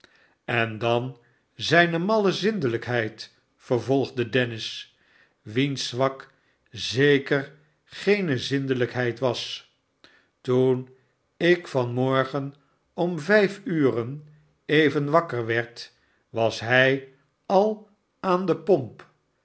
en dan zijne malle zindelijkheid yervolgde dennis wiens zwak zeker geene zindelijkheid was s toen ik van morgen om vijf ure even wakker werd was hij al aan de pomp